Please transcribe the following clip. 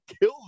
kill